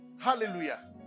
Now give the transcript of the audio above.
Hallelujah